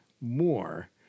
more